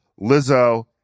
Lizzo